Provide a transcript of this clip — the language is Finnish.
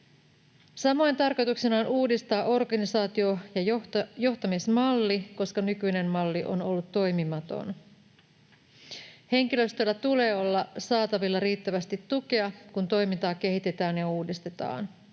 Samoin tarkoituksena on uudistaa organisaatio- ja johtamismalli, koska nykyinen malli on ollut toimimaton. Henkilöstöllä tulee olla saatavilla riittävästi tukea, kun toimintaa kehitetään ja uudistetaan.